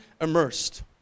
immersed